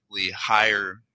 higher